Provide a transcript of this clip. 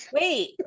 wait